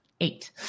eight